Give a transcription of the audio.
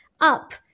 up